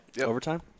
Overtime